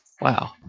Wow